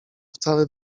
wcale